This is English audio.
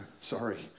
Sorry